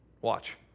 Watch